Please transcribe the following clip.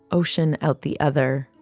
ocean out the other.